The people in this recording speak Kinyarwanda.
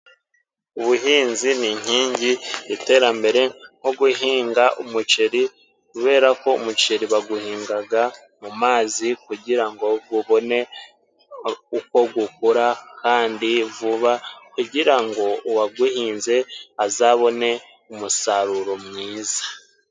Ubuhinzi ni inkingi y'iterambere, nko guhinga umuceri kubera ko umuceri bawuhinga mazi kugirango ubone uko ukura kandi vuba, kugira ngo uwawuhinze azabone umusaruro mwiza.